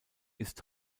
ist